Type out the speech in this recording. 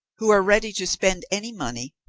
who are ready to spend any money,